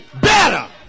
better